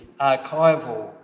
archival